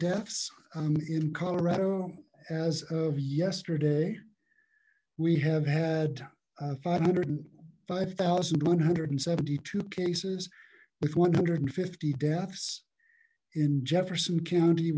deaths in colorado as of yesterday we have had five hundred and five thousand one hundred and seventy two cases with one hundred and fifty deaths in jefferson county